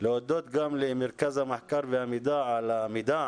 להודות גם למרכז המחקר והמידע על המידע